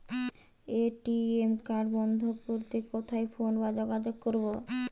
ATM card বন্ধ করতে কোথায় ফোন বা যোগাযোগ করব?